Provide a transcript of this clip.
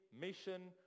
mission